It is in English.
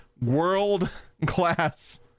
world-class